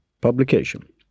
publication